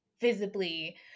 visibly